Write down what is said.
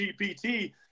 gpt